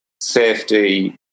safety